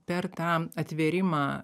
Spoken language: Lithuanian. per tą atvėrimą